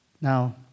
Now